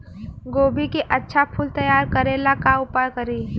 गोभी के अच्छा फूल तैयार करे ला का उपाय करी?